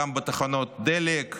גם בתחנות הדלק,